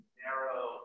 narrow